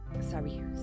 sorry